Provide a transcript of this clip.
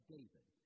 David